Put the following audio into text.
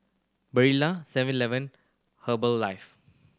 Barilla Seven Eleven Herbalife